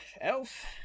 elf